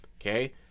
Okay